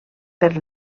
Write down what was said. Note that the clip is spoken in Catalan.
per